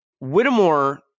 Whittemore